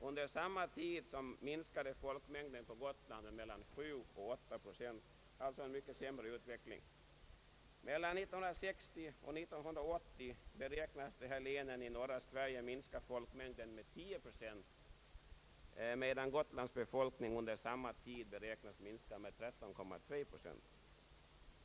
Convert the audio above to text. Under samma tid minskade folkmängden på Gotland med mellan 7 och 8 procent. Alltså en mycket sämre utveckling. Mellan 1960 och 1980 beräknas folkmängden i dessa län i norra Sverige att minska med 10 procent, medan Gotlands befolkning under samma tid beräknas minska med 13,3 procent.